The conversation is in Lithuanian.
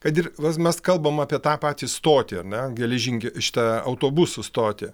kad ir mes kalbam apie tą patį stotį ar ne geležin šitą autobusų stotį